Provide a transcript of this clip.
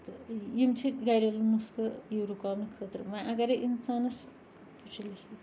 تہٕ یِم چھِ گَریلو نُسکہٕ یہِ رُکاونہٕ خٲطرٕ وۄنۍ اَگرے اِنسانَس